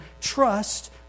Trust